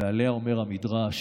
ועליה אומר המדרש: